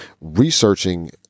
researching